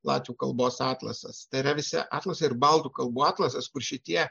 latvių kalbos atlasas tai yra visi atlasai ir baltų kalbų atlasas kur šitie